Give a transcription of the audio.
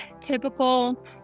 typical